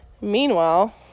Meanwhile